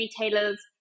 retailers